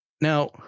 Now